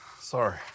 sorry